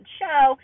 show